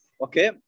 okay